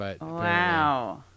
Wow